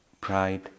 pride